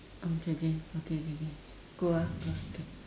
okay okay okay okay okay go ah go ah okay